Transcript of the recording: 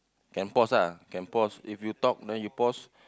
can pause lah can pause if you talk then you pause